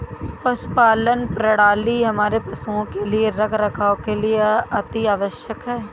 पशुपालन प्रणाली हमारे पशुओं के रखरखाव के लिए अति आवश्यक है